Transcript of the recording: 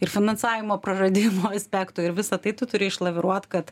ir finansavimo praradimo aspektų ir visa tai turi išlaviruot kad